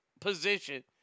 position